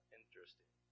Interesting